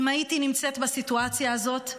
אם הייתי נמצאת בסיטואציה הזאת,